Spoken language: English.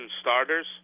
starters